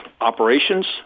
operations